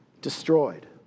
destroyed